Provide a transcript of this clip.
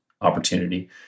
opportunity